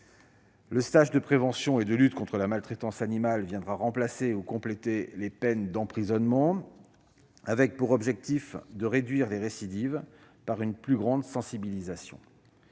Le stage de prévention et de lutte contre la maltraitance animale viendra remplacer ou compléter les peines d'emprisonnement, l'objectif étant de réduire les récidives grâce à une plus grande sensibilisation.